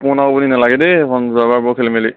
নালাগে দেই সেইখন যোৱাবাৰ বৰ খেলি মেলি